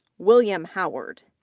william howard,